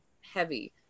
heavy